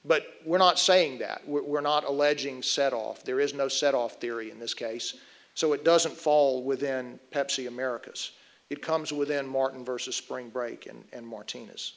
but we're not saying that we're not alleging set off there is no set off theory in this case so it doesn't fall within pepsi americas it comes within martin versus spring break and